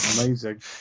Amazing